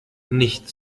nicht